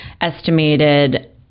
estimated